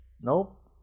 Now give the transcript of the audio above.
Nope